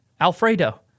Alfredo